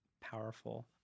powerful